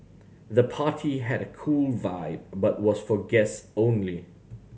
the party had a cool vibe but was for guest only